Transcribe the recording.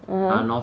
(uh huh)